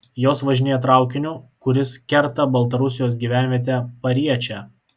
jos važinėja traukiniu kuris kerta baltarusijos gyvenvietę pariečę